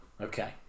Okay